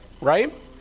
right